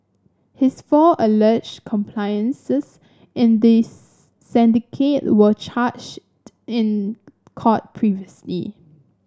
his four alleged accomplices in the syndicate were charged in court previously